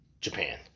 Japan